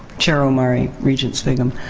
chair omari, regent sviggum.